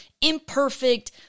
imperfect